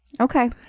Okay